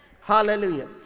Hallelujah